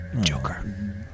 Joker